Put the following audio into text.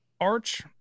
Arch